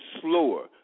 slower